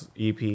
EP